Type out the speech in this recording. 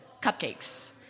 cupcakes